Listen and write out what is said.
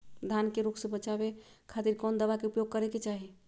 धान के रोग से बचावे खातिर कौन दवा के उपयोग करें कि चाहे?